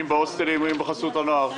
אם בהוסטלים ואם בחסות הנוער.